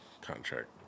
contract